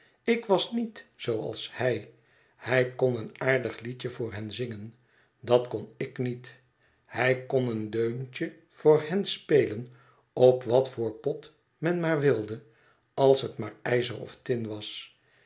ik was niet zooals hij hij kon een aardig liedje voor hen zingen dat kon ik niet hij kon een deuntje voor hen spelen op wat voor pot men maar wilde als het maar ijzer of tin was